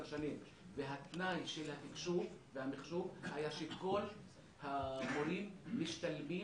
שנים והתנאי של התקשוב והמחשוב היה שכל המורים משתלמים